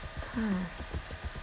ha